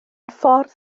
ffordd